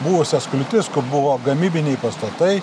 buvusias kliūtis buvo gamybiniai pastatai